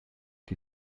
die